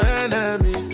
enemy